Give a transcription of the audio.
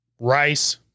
rice